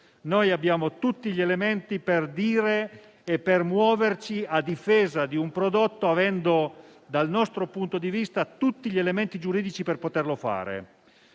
Noi abbiamo tutti gli elementi per dire e per muoverci a difesa di un prodotto avendo, dal nostro punto di vista, tutti gli elementi giuridici per poterlo fare.